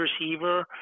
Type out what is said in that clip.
receiver